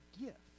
gift